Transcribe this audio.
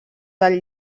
del